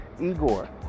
Igor